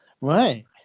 Right